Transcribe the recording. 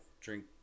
drink –